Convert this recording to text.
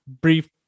brief